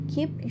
Keep